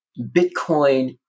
Bitcoin